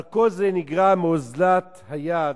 אבל כל זה נגרם מאוזלת היד,